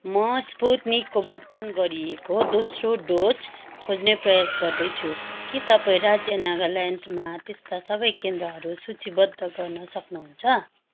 म स्पुत्निकको भुक्तान गरिएको दोस्रो डोज खोज्ने प्रयास गर्दैछु के तपाईँँ राज्य नागाल्यान्डमा त्यस्ता सबै केन्द्रहरू सूचीबद्ध गर्न सक्नुहुन्छ